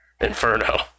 Inferno